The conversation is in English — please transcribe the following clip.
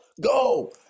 go